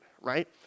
right